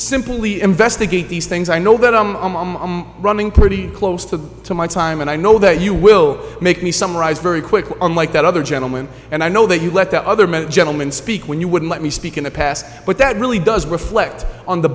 simply investigate these things i know that i'm running pretty close to my time and i know that you will make me summarize very quickly unlike that other gentleman and i know that you let the other men gentlemen speak when you wouldn't let me speak in the past but that really does reflect on the